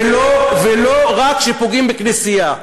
ולא ולא רק כשפוגעים בכנסייה.